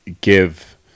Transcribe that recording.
give